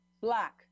black